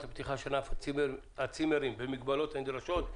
הפתיחה של ענף הצימרים במגבלות הנדרשות.